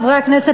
חברי חברי הכנסת,